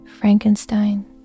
Frankenstein